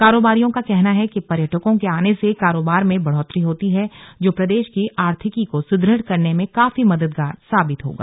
कारोबारियों का कहना है कि पर्यटकों के आने से कारोबार में बढ़ोत्तरी होती है जो प्रदेश की आर्थिकी को सुदृढ़ करने में काफी मददगार साबित होगा